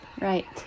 Right